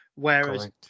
Whereas